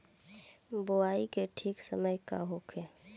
बुआई के ठीक समय का होखे?